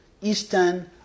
Eastern